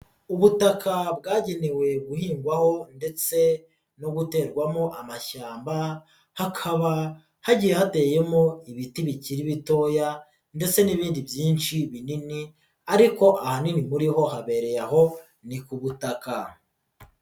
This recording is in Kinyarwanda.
Ubutaka bwagenewe guhingwaho ndetse no guterwamo amashyamba hakaba hagiye hateyemo ibiti bikiri bitoya ndetse n'ibindi byinshi binini ariko ahanini muri ho habereye aho ni ku butaka.